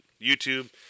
YouTube